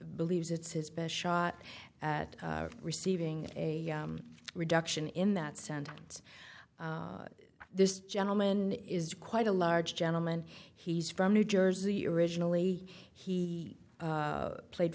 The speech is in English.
believes it's his best shot at receiving a reduction in that sentence this gentleman is quite a large gentleman he's from new jersey originally he played